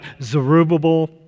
Zerubbabel